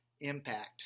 impact